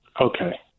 Okay